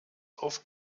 auf